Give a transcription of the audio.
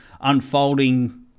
unfolding